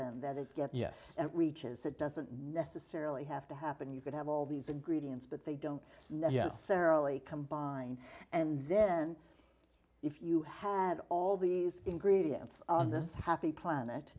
them that it gets yes and reaches it doesn't necessarily have to happen you could have all these ingredients but they don't necessarily combine and then if you had all these ingredients on this happy planet